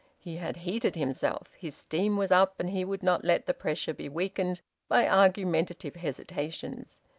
he had heated himself. his steam was up, and he would not let the pressure be weakened by argumentative hesitations.